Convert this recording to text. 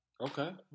Okay